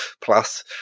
plus